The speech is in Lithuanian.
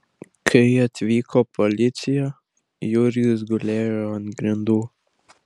kai atvyko policija jurgis gulėjo ant grindų